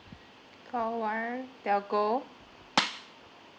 call one telco